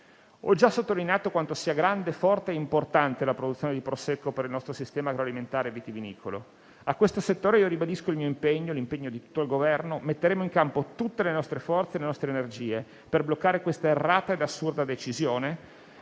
Ho già sottolineato quanto sia grande, forte e importante la produzione di Prosecco per il nostro sistema agroalimentare e vitivinicolo. A questo settore ribadisco l'impegno mio e di tutto il Governo a mettere in campo tutte le nostre forze ed energie per bloccare questa errata ed assurda decisione